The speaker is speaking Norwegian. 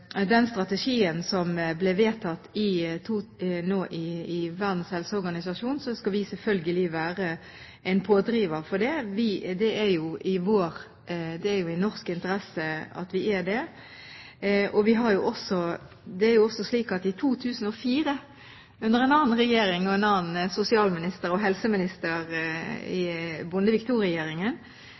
den strategien som ble vedtatt i Verdens helseorganisasjon, skal vi selvfølgelig være en pådriver for det. Det er jo i norsk interesse at vi er det. Det er også slik at i 2004, under en annen regjering og en annen sosialminister og helseminister, Bondevik